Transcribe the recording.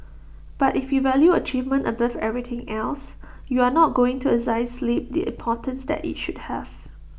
but if you value achievement above everything else you're not going to assign sleep the importance that IT should have